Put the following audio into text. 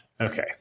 Okay